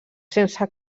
sense